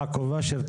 יעקב אשר,